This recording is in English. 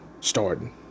starting